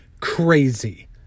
crazy